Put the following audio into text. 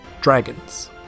dragons